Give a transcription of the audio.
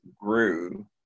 grew